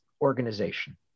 Organization